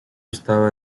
estaba